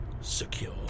Secure